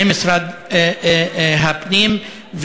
ממשרד הפנים.